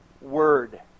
word